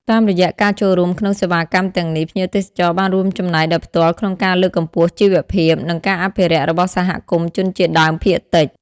តាមរយៈការចូលរួមក្នុងសេវាកម្មទាំងនេះ ភ្ញៀវទេសចរបានរួមចំណែកដោយផ្ទាល់ក្នុងការលើកកម្ពស់ ជីវភាព និងការអភិរក្សរបស់សហគមន៍ជនជាតិដើមភាគតិច។